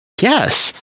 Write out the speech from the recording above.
Yes